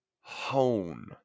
hone